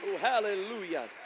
hallelujah